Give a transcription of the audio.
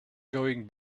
going